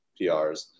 PRs